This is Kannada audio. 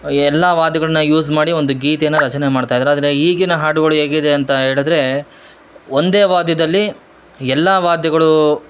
ಎಲ್ಲಾ ವಾದ್ಯಗಳ್ನ ಯೂಸ್ ಮಾಡಿ ಒಂದು ಗೀತೆನ ರಚನೆ ಮಾಡ್ತಾ ಇದ್ದರು ಆದರೆ ಈಗಿನ ಹಾಡುಗಳು ಹೇಗಿದೆ ಅಂತ ಹೇಳಿದ್ರೆ ಒಂದೇ ವಾದ್ಯದಲ್ಲಿ ಎಲ್ಲಾ ವಾದ್ಯಗಳು